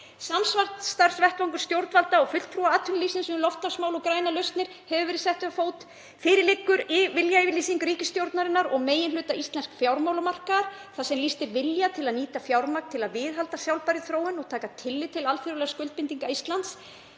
Samstarfsvettvangur stjórnvalda og fulltrúa atvinnulífsins um loftslagsmál og grænar lausnir hefur verið settur á fót. Fyrir liggur viljayfirlýsing ríkisstjórnarinnar og meginhluta íslensks fjármálamarkaðar þar sem lýst er vilja til að nýta fjármagn til að viðhalda sjálfbærri þróun og taka tillit til alþjóðlegra skuldbindinga Íslands.